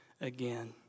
again